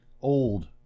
old